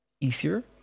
easier